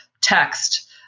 text